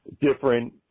different